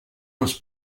meus